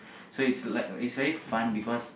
so it's it's very fun because